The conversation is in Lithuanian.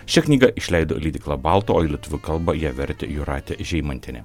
šią knygą išleido leidykla balto o į lietuvių kalbą ją vertė jūratė žeimantienė